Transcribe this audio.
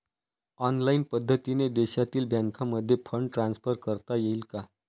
Online पद्धतीने देशातील बँकांमध्ये फंड ट्रान्सफर करता येईल का?